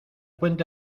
puente